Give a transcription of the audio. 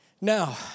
Now